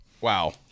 wow